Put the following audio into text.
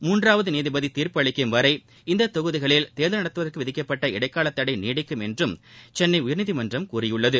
மூன்றாவது நீதிபதி நீாப்பு அளிக்கும் வளர இந்த தொகுதிகளில் தேர்தல் நடத்துவதற்கு விதிக்கப்பட்ட இடைக்கால தடை நீடிக்கும் என்றும் சென்னை உயர்நீதிமன்றம் கூறியுள்ளது